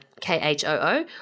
K-H-O-O